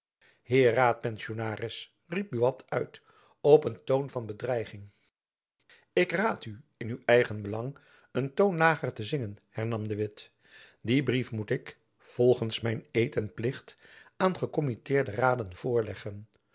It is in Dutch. heer raadpensionaris riep buat uit op een toon van bedreiging ik raad u in uw eigen belang een toon lager te zingen hernam de witt dien brief moet ik volgends mijn eed en plicht aan gekommitteerde raden voorleggen